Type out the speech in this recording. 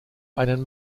einen